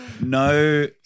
No